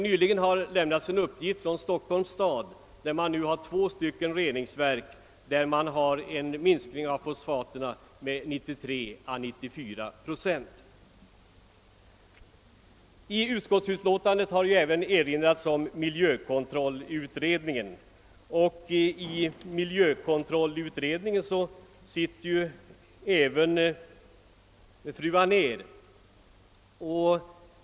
Nyligen har det lämnats en uppgift om att man vid två reningsverk i Stockholms stad har minskat fosfathalten med 93—94 procent. I utskottsutlåtandet erinras om miljökontrollutredningen. I miljökontrollutredningen sitter även fru Anér.